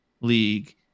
league